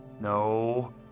No